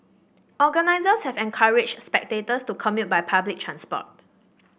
organisers have encouraged spectators to commute by public transport